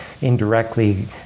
indirectly